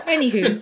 Anywho